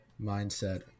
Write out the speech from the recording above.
mindset